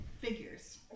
Figures